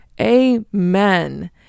Amen